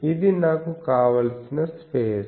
ఇది నాకు కావలసిన స్పేస్